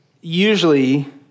usually